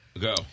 go